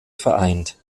vereint